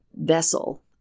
vessel